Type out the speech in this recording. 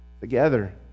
together